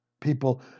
People